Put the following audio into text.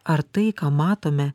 ar tai ką matome